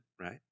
right